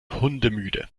hundemüde